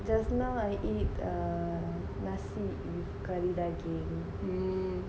just now I eat ah nasi with kari daging